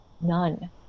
None